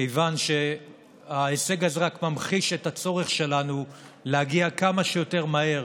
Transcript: כיוון שההישג הזה רק ממחיש את הצורך שלנו להגיע כמה שיותר מהר